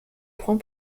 prend